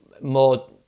more